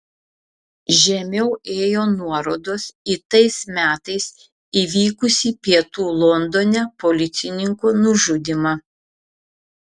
žemiau ėjo nuorodos į tais metais įvykusį pietų londone policininko nužudymą